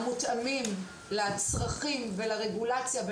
לגבי הנושא של הרגולציה,